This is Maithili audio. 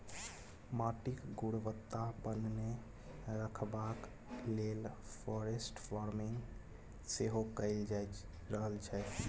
माटिक गुणवत्ता बनेने रखबाक लेल फॉरेस्ट फार्मिंग सेहो कएल जा रहल छै